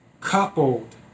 coupled